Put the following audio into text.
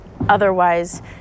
otherwise